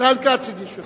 ישראל כץ הגיש אותה.